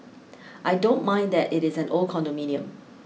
I don't mind that it is an old condominium